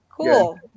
Cool